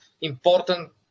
important